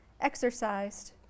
exercised